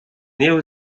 néo